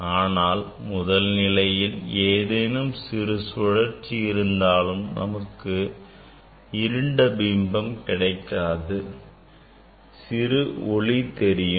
ஆனால் முதல் நிலையில் ஏதேனும் சிறு சுழற்சி இருந்தாலும் நமக்கு இருண்ட பிம்பம் கிடைக்காது சிறு ஒளி தெரியும்